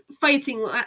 fighting